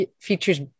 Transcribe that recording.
features